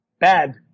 bad